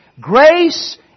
grace